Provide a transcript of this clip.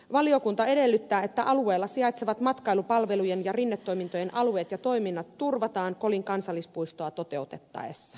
valiokunta edellyttää että alueella sijaitsevat matkailupalvelujen ja rinnetoimintojen alueet ja toiminnat turvataan kolin kansallispuistoa toteutettaessa